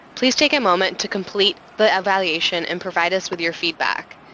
please take a moment to complete the evaluation and provide us with your feedback.